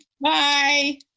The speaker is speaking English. Bye